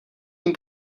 tím